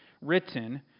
written